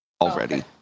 already